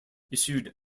issued